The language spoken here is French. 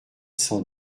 cent